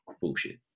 bullshit